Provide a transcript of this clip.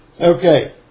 Okay